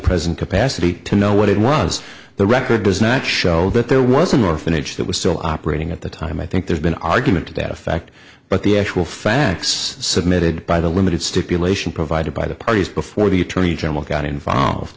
present capacity to know what it was the record does not show that there was an orphanage that was still operating at the time i think there's been an argument to that effect but the actual facts submitted by the limited stipulation provided by the parties before the attorney general got involved